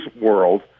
world